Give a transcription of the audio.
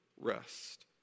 rest